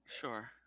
Sure